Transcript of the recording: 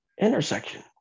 intersection